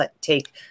take